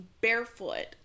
barefoot